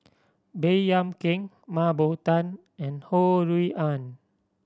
Baey Yam Keng Mah Bow Tan and Ho Rui An